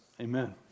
Amen